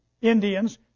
Indians